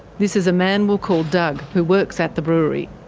this is a man we'll call doug, who works at the brewery.